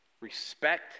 Respect